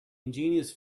ingenious